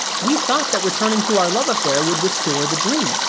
we thought that returning to our love affair would restore the dream,